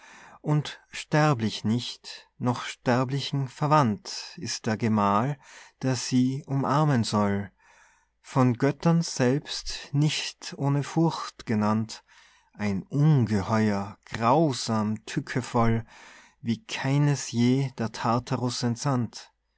und sterblich nicht noch sterblichen verwandt ist der gemahl der sie umarmen soll von göttern selbst nicht ohne furcht genannt ein ungeheuer grausam tückevoll wie keines je der tartarus entsandt